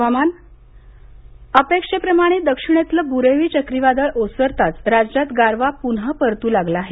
हवामान अपेक्षेप्रमाणे दक्षिणेतलं ब्रेवी चक्रीवादळ ओसरताच राज्यात गारवा पुन्हा परत् लागला आहे